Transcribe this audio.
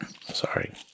Sorry